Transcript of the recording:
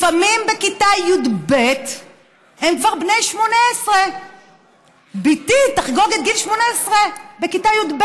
לפעמים בכיתה י"ב הם כבר בני 18. בתי תחגוג את גיל 18 בכיתה י"ב,